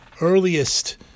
earliest